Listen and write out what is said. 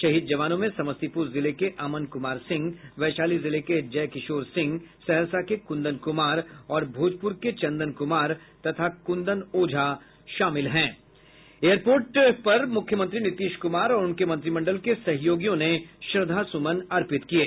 शहीद जवानों में समस्तीपुर जिले के अमन कुमार सिंह वैशाली जिले के जयकिशोर सिंह सहरसा के कुंदन कुमार और भोजपुर के चंदन कुमार तथा कुंदन ओझा के पार्थिव शरीर शाम में एयरपोर्ट पहुंचे जहां मुख्यमंत्री नीतीश कुमार और उनके मंत्रिमंडल के सहयोगियों ने श्रद्धासुमन अर्पित किये